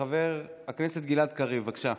חבר הכנסת גלעד קריב, בבקשה.